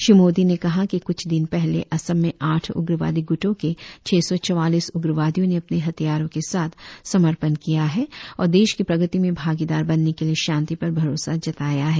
श्री मोदी ने कहा कि कुछ दिन पहले असम में आठ उग्रवादी गुटों के छ सौ चवालीस उग्रवादियों ने अपने हथियारों के साथ समर्पण किया है और देश की प्रगति में भागीदार बनने के लिए शांति पर भरोसा जताया है